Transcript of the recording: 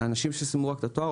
אנשים שרק סיימו את התואר,